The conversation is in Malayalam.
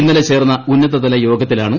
ഇന്നലെ ചേർന്ന ഉന്നതതല യോഗത്തിലാണ് ഐ